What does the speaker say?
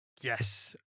Yes